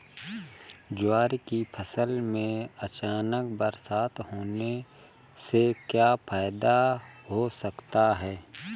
ज्वार की फसल में अचानक बरसात होने से क्या फायदा हो सकता है?